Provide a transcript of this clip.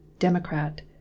Democrat